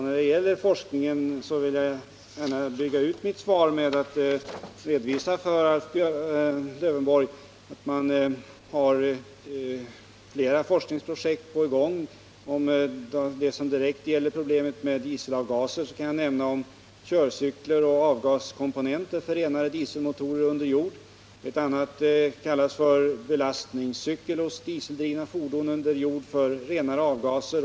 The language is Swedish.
När det gäller forskningen vill jag gärna bygga ut mitt svar med att redovisa för Alf Lövenborg att flera forskningsprojekt är på gång. Beträffande projekt i samband med problemet med dieselavgaser kan jag nämna körcykler och avgaskomponenter för renare dieselmotorer under jord. Ett annat projekt kallas för belastningscykel hos dieseldrivna fordon under jord för renare avgaser.